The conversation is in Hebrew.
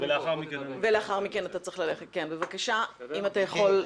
-- אמורה לבקש יפה?